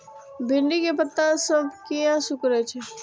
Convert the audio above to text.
भिंडी के पत्ता सब किया सुकूरे छे?